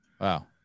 Wow